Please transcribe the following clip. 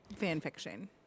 fanfiction